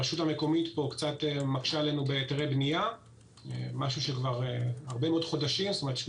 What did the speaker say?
הרשות המקומית פה קצת מקשה עלינו בהיתרי בנייה במשך שמונה חודשים.